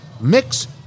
Mix